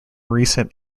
recent